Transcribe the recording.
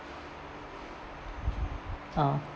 oo